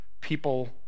people